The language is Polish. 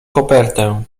kopertę